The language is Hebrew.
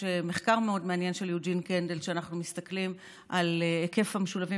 יש מחקר מאוד מעניין של יוג'ין קנדל: כשאנחנו מסתכלים על היקף המשולבים